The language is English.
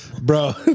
bro